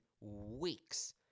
weeks